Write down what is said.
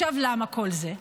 למה כל זה?